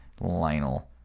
Lionel